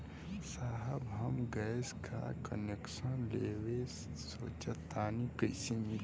साहब हम गैस का कनेक्सन लेवल सोंचतानी कइसे मिली?